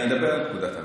אני אדבר על פקודת המשטרה.